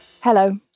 Hello